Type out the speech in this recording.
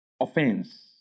Offense